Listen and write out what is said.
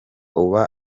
uba